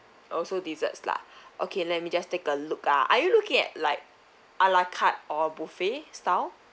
also desserts lah okay let me just take a look ah are you looking at like a la carte or buffet style